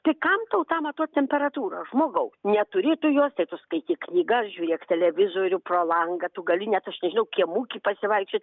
tai kam tau tą matuot temperatūrą žmogau neturi tu jos tai tu skaityk knygas žiūrėk televizorių pro langą tu gali net aš nežinau kiemu pasivaikščiot